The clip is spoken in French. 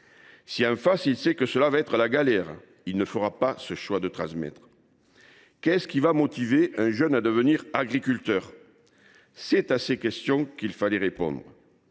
Mais s’il sait que cela va être la galère, il ne fera pas le choix de transmettre. Qu’est ce qui va motiver un jeune à devenir agriculteur ? C’est à ces questions qu’il fallait répondre.